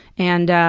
and.